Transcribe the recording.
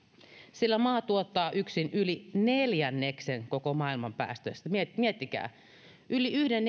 sillä maa tuottaa yksin yli neljänneksen koko maailman päästöistä miettikää yli yhden